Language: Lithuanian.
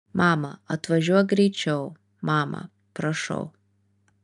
mama atvažiuok greičiau mama prašau